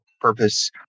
purpose